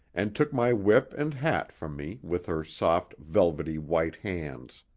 and took my whip and hat from me with her soft, velvety white hands.